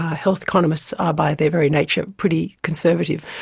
health economists are by their very nature pretty conservative.